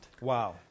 Wow